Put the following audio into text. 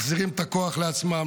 מחזירים את הכוח לעצמם,